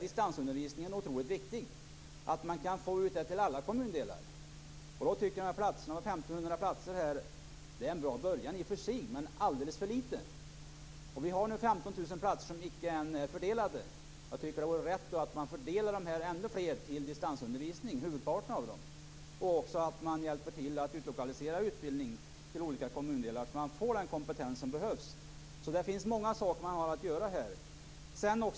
Distansundervisningen är då otroligt viktig, och att det går att få ut den till alla kommundelar. De 1 500 platserna är i och för sig en bra början, men det är alldeles för litet. Vi har nu 15 000 platser som ännu icke är fördelade, och jag tycker att det vore rätt att fördela huvudparten av dem till distansundervisning och att hjälpa till att utlokalisera utbildning till olika kommundelar, så att man får den kompetens som behövs. Det finns alltså många saker att göra här.